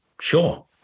sure